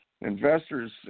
investors